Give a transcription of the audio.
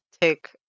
take